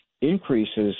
increases